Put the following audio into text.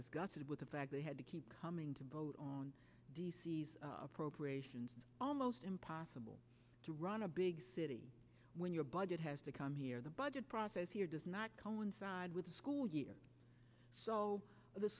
disgusted with the fact they had to keep coming to vote on d c s appropriations almost impossible to run a big city when your budget has to come here the budget process here does not coincide with the school year so the